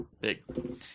big